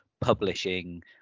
publishing